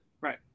Right